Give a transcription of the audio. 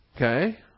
Okay